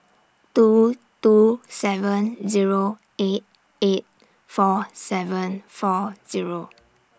two two seven Zero eight eight four seven four Zero